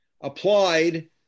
applied